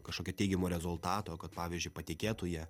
kažkokio teigiamo rezultato kad pavyzdžiui patikėtų ja